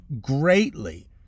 greatly